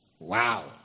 Wow